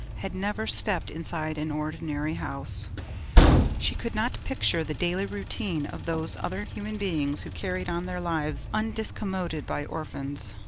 had never stepped inside an ordinary house she could not picture the daily routine of those other human beings who carried on their lives undiscommoded by orphans.